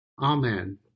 Amen